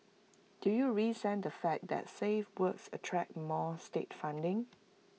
do you resent the fact that safe works attract more state funding